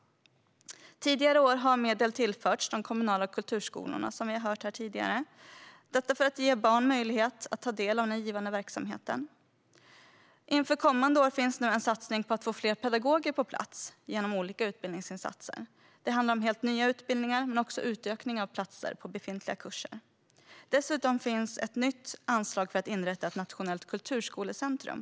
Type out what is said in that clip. Tidigare år har medel tillförts de kommunala kulturskolorna, vilket vi har hört här tidigare, för att ge barn möjlighet att ta del av den givande verksamheten. Inför kommande år finns en satsning på att få fler pedagoger på plats genom olika utbildningsinsatser. Det handlar om helt nya utbildningar men också om utökningar av platser på befintliga kurser. Dessutom finns ett nytt anslag för att inrätta ett nationellt kulturskolecentrum.